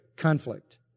conflict